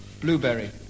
blueberry